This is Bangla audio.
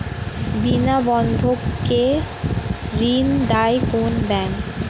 বিনা বন্ধক কে ঋণ দেয় কোন ব্যাংক?